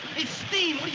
it's steam.